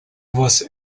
was